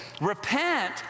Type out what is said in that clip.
repent